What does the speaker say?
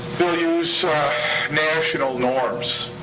they'll use national norms.